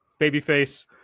babyface